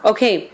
Okay